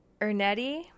Ernetti